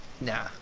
Nah